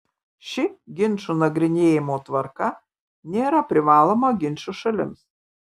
ši ginčų nagrinėjimo tvarka nėra privaloma ginčo šalims